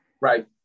right